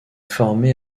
formé